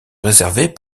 réservées